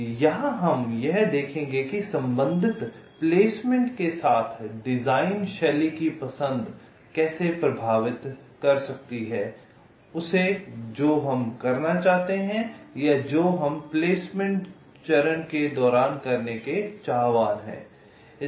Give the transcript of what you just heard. इसलिए यहां हम यह देखेंगे कि संबंधित प्लेसमेंट के साथ डिजाइन शैली की पसंद कैसे प्रभावित कर सकती है उसे जो हम करना चाहते हैं या जो हम प्लेसमेंट चरण के दौरान करने के चाहवान हैं